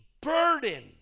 burden